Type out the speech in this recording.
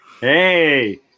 Hey